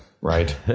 right